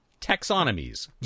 taxonomies